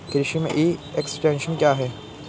कृषि में e extension क्या है?